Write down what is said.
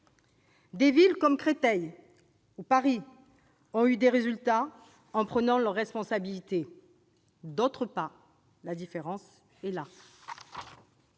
Des villes comme Créteil ou Paris ont eu des résultats en prenant leurs responsabilités, ce que d'autres n'ont pas fait : la différence est là.